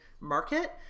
market